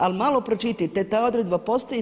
Ali malo pročitajte, ta odredba postoji.